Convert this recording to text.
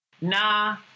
nah